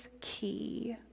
key